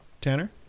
Tanner